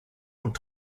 und